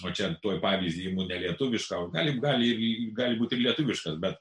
o čia tuoj pavyzdį ima ne lietuvišką bet gali gali būti ir lietuviškas bet